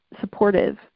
supportive